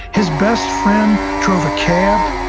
his best friend drove a cab.